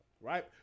right